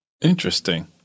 Interesting